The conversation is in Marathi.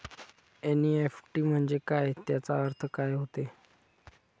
एन.ई.एफ.टी म्हंजे काय, त्याचा अर्थ काय होते?